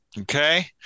okay